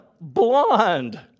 blonde